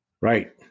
Right